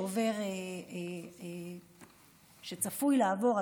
שצפוי לעבור,